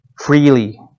Freely